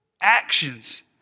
Actions